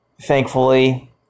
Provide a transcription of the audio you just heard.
thankfully